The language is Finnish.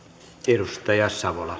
arvoisa herra